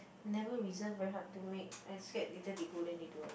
never reserve very hard to make I scared later they go then they don't allow